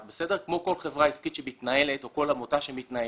כמו כל חברה עסקית שמתנהלת או כל עמותה שמתנהלת,